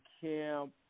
camp